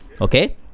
okay